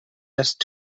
just